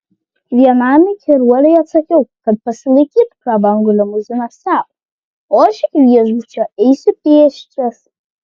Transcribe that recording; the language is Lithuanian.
vienam įkyruoliui atsakiau kad pasilaikytų prabangų limuziną sau o aš iki viešbučio eisiu pėsčias